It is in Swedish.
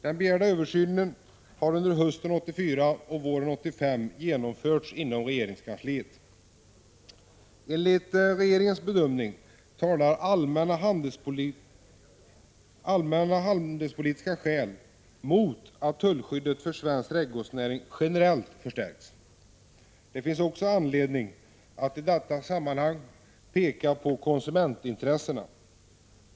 Den begärda översynen har under hösten 1984 och våren 1985 genomförts inom regeringskansliet. Enligt regeringens bedömning talar allmänna handelspolitiska skäl mot att tullskyddet för svensk trädgårdsnäring generellt förstärks. Det finns också anledning att i detta sammanhang peka på konsumentintressena.